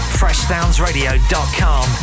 freshsoundsradio.com